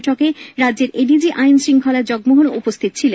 বৈঠকে রাজ্যের এডিজি আইন শঙ্খলা জগমোহন উপস্থিত ছিলেন